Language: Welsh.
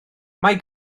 mae